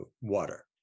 water